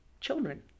children